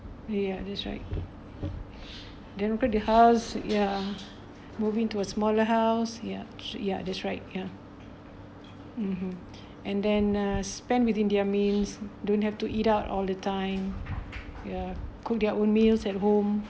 ya that's right then for the house ya moving to a smaller house yet~ ya that's right ya (uh huh) and then uh spend within their means don't have to eat out all the time ya cook their own meals at home